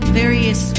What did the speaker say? various